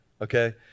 okay